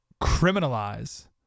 criminalize